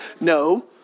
No